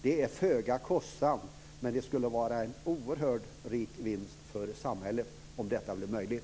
Det är föga kostsamt, men det skulle vara en oerhörd vinst för samhället om detta blev möjligt.